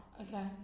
Okay